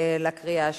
בקריאה שנייה.